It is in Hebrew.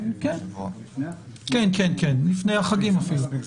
לפני החגים אפילו.